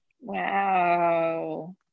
Wow